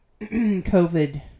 COVID